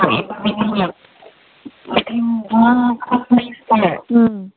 ꯎꯝ